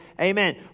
amen